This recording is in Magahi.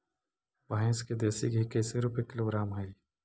भैंस के देसी घी कैसे रूपये किलोग्राम हई?